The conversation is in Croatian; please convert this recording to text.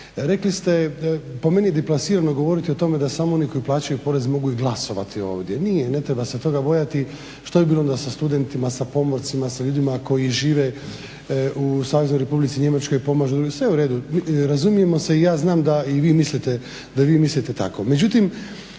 Rekli ste, po meni deplasirano je govoriti o tome da samo oni koji plaćaju porez mogu i glasovati ovdje. Nije, ne treba se toga bojati. Što bi bilo onda sa studentima, sa pomorcima, sa ljudima koji žive u Saveznoj Republici Njemačkoj. Sve je u redu, razumijemo se i ja znam da i vi mislite tako.